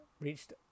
reached